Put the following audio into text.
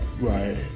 Right